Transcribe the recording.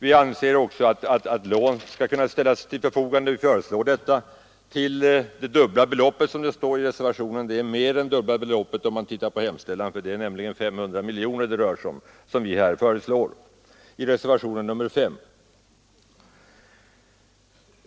Vi föreslår också att lån på goda villkor skall kunna ställas till förfogande till något över det dubbla beloppet, nämligen 500 miljoner kronor.